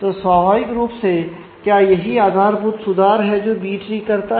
तो स्वाभाविक रूप से क्या यही आधारभूत सुधार है जो बी ट्री करता है